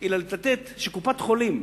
היא שקופת-חולים,